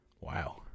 Wow